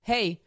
Hey